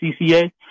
CCA